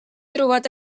trobat